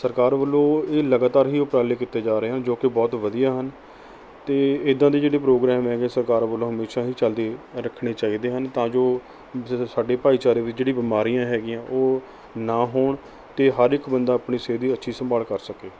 ਸਰਕਾਰ ਵੱਲੋਂ ਇਹ ਲਗਾਤਾਰ ਹੀ ਉਪਰਾਲੇ ਕੀਤੇ ਜਾ ਰਹੇ ਹਨ ਜੋ ਕਿ ਬਹੁਤ ਵਧੀਆ ਹਨ ਅਤੇ ਇਦਾਂ ਦੇ ਜਿਹੜੇ ਪ੍ਰੋਗਰਾਮ ਹੈਗੇ ਸਰਕਾਰ ਵੱਲੋਂ ਹਮੇਸ਼ਾ ਹੀ ਚੱਲਦੇ ਰੱਖਣੇ ਚਾਹੀਦੇ ਹਨ ਤਾਂ ਜੋ ਸਾਡੇ ਭਾਈਚਾਰੇ ਵਿੱਚ ਜਿਹੜੀ ਬਿਮਾਰੀਆਂ ਹੈਗੀਆਂ ਉਹ ਨਾ ਹੋਣ ਅਤੇ ਹਰ ਇੱਕ ਬੰਦਾ ਆਪਣੀ ਸਿਹਤ ਦੀ ਅੱਛੀ ਸੰਭਾਲ ਕਰ ਸਕੇ